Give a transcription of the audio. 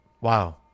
Wow